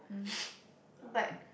but